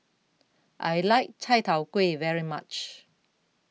I like Chai Tow Kuay very much